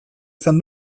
izan